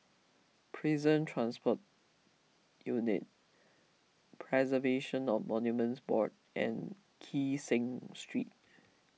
Prison Transport Unit Preservation of Monuments Board and Kee Seng Street